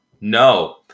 No